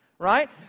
right